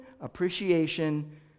appreciation